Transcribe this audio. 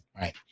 Right